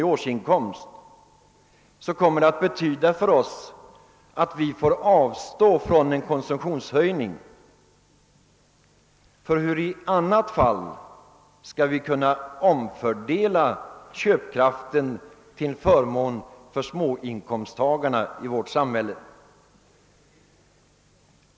i årsinkomst. Hur skall vi i annat fall kunna omfördela köpkraften till förmån för småinkomsttagarna?